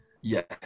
yes